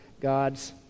God's